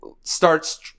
starts